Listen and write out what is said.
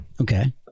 Okay